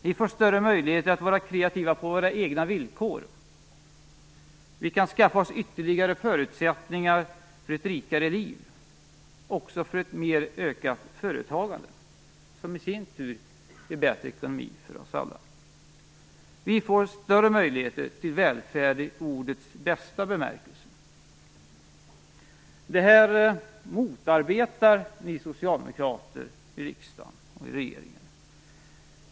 Vi får större möjligheter att vara kreativa på våra egna villkor. Vi kan skaffa oss ytterligare förutsättningar för ett rikare liv, och också för ett ökat företagande, som i sin tur ger bättre ekonomi för oss alla. Vi får större möjligheter till välfärd i ordets bästa bemärkelse. Det här motarbetar ni socialdemokrater i riksdagen och regeringen.